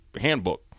handbook